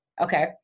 okay